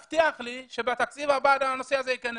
מי יבטיח לי שבתקציב הבא הנושא הזה יכנס?